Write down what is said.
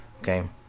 Okay